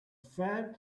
fell